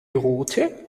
rote